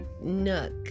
nook